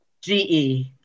G-E